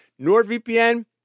NordVPN